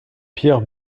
pierre